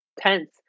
tense